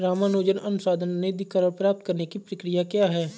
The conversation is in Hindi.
रामानुजन अनुसंधान निधीकरण प्राप्त करने की प्रक्रिया क्या है?